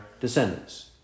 descendants